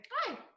Hi